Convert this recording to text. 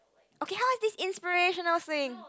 okay how is this inspirational sing